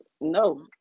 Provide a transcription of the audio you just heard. no